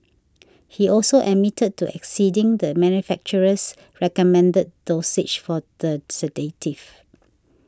he also admitted to exceeding the manufacturer's recommended dosage for the sedative